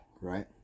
Right